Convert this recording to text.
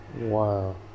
Wow